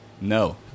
No